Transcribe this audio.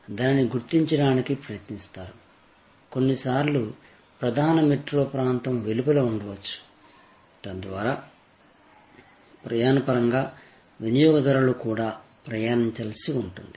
మీరు దానిని గుర్తించడానికి ప్రయత్నిస్తారు కొన్నిసార్లు ప్రధాన మెట్రో ప్రాంతం వెలుపల ఉండవచ్చు తద్వారా ప్రయాణ పరంగా వినియోగదారులు కూడా ప్రయాణించాల్సి ఉంటుంది